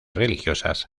religiosas